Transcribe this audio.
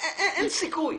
אין סיכוי.